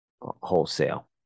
wholesale